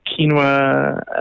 quinoa